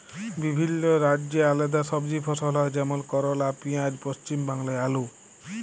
বিভিল্য রাজ্যে আলেদা সবজি ফসল হ্যয় যেমল করলা, পিয়াঁজ, পশ্চিম বাংলায় আলু